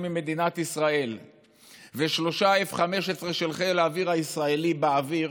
ממדינת ישראל ושלושה F15 של חיל האוויר הישראלי באוויר